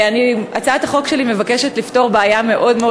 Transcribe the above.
הצעת החוק שלי מבקשת לפתור בעיה מאוד מאוד